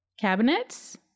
Cabinets